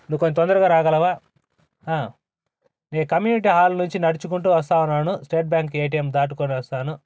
నువ్వు కొంచెం తొందరగా రాగలవా నేను కమ్యూనిటీ హాల్ నుంచి నడుచుకుంటు వస్తా ఉన్నాను స్టేట్ బ్యాంక్ ఏటీఎం దాటుకొని వస్తాను